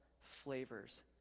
flavors